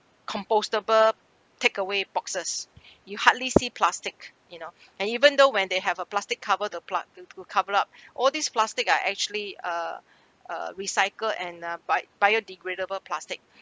compostable takeaway boxes you hardly see plastic you know and even though when they have a plastic cover the plant will cover up all these plastic are actually uh uh recycle and uh bi~ bio biodegradable plastic